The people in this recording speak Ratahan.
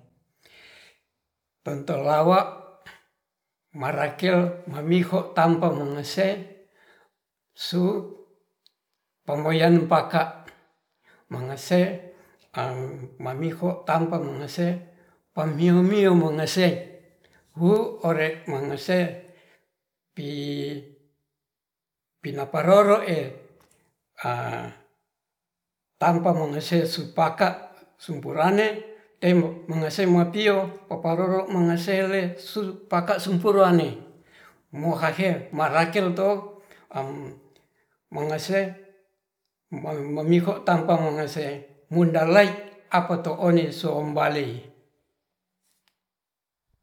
Tontolawa marakel mamiho tampa mengese suu pamoyan paka, mengese mamiho tampa mengese pamilumiu mengese huu ore mengese pii pinaparere ee tampa mengese supaka supurane temengese mapio popa paparoro mengesele sur paka sumpurane mohahe marakel to mengese mengiho tampa mengese mundarlai apato oni sombalei.